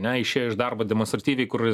ne išėjo iš darbo demonstratyviai kur